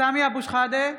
סמי אבו שחאדה,